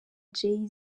jay